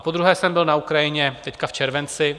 Podruhé jsem byl na Ukrajině teď v červenci.